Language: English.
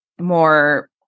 more